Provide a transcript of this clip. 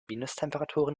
minustemperaturen